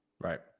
Right